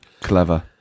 Clever